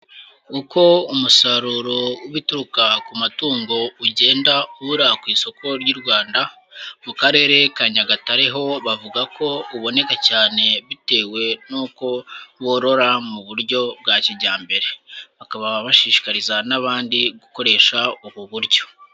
Uko umusaruro w'ibituruka ku matungo ugenda ubura ku isoko ry'u Rwanda, mu Karere ka Nyagatare ho bavuga ko uboneka cyane bitewe n'uko borora mu buryo bwa kijyambere. Bakaba bashishikariza n'abandi gukoresha ubu buryo.